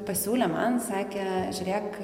pasiūlė man sakė žiūrėk